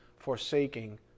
forsaking